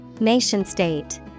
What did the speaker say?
Nation-state